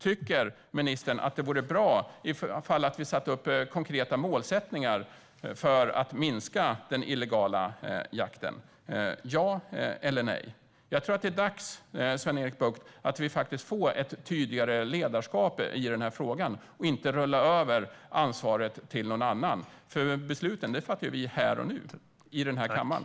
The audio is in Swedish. Tycker ministern att det vore bra om vi satte upp konkreta mål för att minska den illegala jakten? Ja eller nej? Jag tror att det är dags, Sven-Erik Bucht, att vi får ett tydligare ledarskap i frågan och inte rullar över ansvaret till någon annan. Besluten fattas ju av oss här i kammaren.